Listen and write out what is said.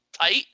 tight